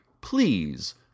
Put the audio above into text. please